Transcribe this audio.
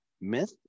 myth